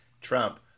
Trump